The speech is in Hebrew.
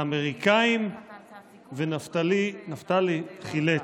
האמריקאים, ונפתלי חילץ.